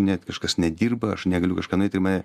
net kažkas nedirba aš negaliu kažką nueit ir mane